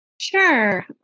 Sure